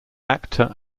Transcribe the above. actor